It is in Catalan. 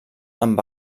amb